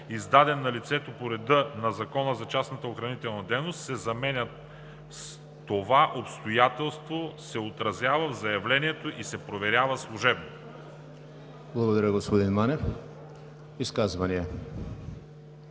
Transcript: издаден на лицето по реда на Закона за частната охранителна дейност“ се заменят с „това обстоятелство се отразява в заявлението и се проверява служебно“.“ ПРЕДСЕДАТЕЛ ЕМИЛ ХРИСТОВ: Изказвания?